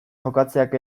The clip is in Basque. jokatzeak